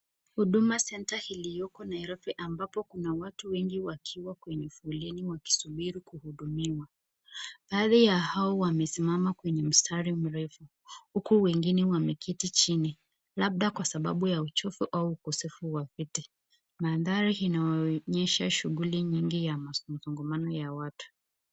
Huduma centre iliyoko Nairobi ambapo kuna wati wengi wakiwa kwenye foleni wakisubiri kuhudumiwa. Mbali ya hawa wamesimama kwenye mstari mrefu huku wengine wameketi chini labda kwa sababu ya uchovu au ukosefu wa viti. Maandhari inaonyesha shughuli nyingi ya makongamano ya watu.